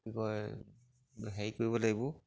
কি কয় হেৰি কৰিব লাগিব